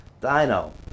Dino